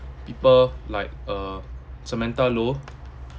people like uh samantha lo